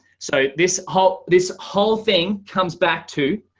so this whole, this whole thing comes back to,